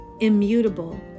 Immutable